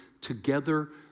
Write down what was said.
together